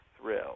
thrill